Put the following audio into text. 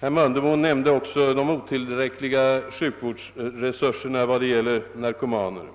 Herr Mundebo nämnde också de otillräckliga sjukvårdsresurserna vad gäller narkomaner.